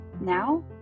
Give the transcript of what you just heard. Now